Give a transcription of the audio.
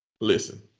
listen